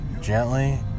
gently